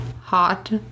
hot